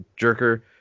jerker